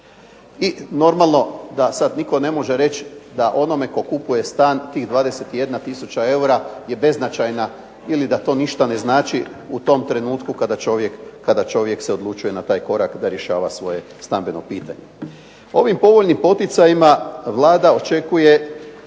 I normalno da sada nitko ne može reći da onome tko kupuje stan, tih 21 tisuća eura je beznačajna ili da to ništa ne znači u tom trenutku kada čovjek se odlučuje taj korak da rješava svoje stambeno pitanje. Ovim povoljnim poticajima Vlada očekuje